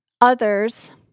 others